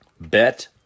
Bet